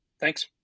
Thanks